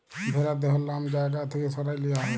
ভ্যারার দেহর লম যা গা থ্যাকে সরাঁয় লিয়া হ্যয়